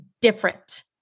different